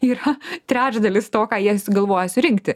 yra trečdalis to ką jie galvoja surinkti